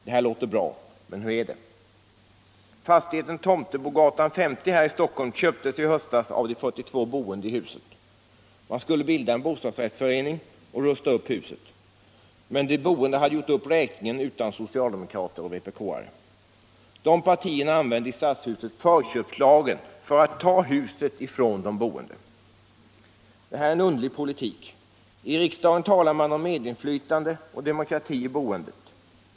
Detta låter bra. Men hur är det? Fastigheten Tomtebogatan 50 här i Stockholm köptes i höstas av de 42 boende i huset. Man skulle bilda en bostadsrättsförening och rusta upp fastigheten. Men de boende hade gjort upp räkningen utan socialdemokrater och vpk:are. De partierna använde i stadshuset förköpslagen för att ta huset ifrån de boende. Detta är en underlig politik. I riksdagen talar man om medinflytande och demokrati i boendet.